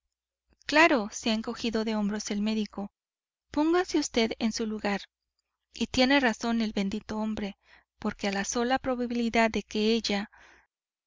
claro se ha encogido de hombros el médico póngase vd en su lugar y tiene razón el bendito hombre porque a la sola probabilidad de que ella